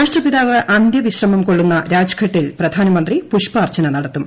രാഷ്ട്രപിതാവ് അന്തൃവിശ്രമം കൊള്ളുന്ന രാജ്ഘട്ടിൽ പ്രധാനമന്ത്രി പുഷ്പാർച്ചന നടത്തും